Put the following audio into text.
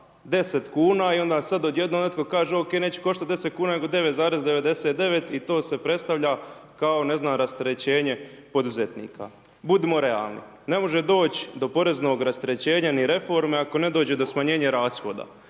10 kn i onda sada odjednom, netko kaže, ok, neće koštati 10 kn, nego 9,99 i to se predstavlja, kao ne znam, rasterećenje poduzetnika. Budimo realni. Ne može doći do poreznog rasterećenja ni reforme, ako ne dođe do smanjenja rashoda.